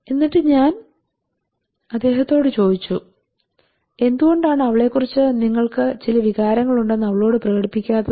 എന്നിട്ട് ഞാൻ അദ്ദേഹത്തോട് ചോദിച്ചു എന്തുകൊണ്ടാണ് അവളെക്കുറിച്ച് നിങ്ങൾക്ക് ചില വികാരങ്ങൾ ഉണ്ടെന്ന് അവളോട് പ്രകടിപ്പിക്കാത്തത്